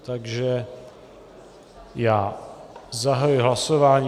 Takže já zahajuji hlasování.